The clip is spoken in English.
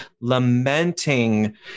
lamenting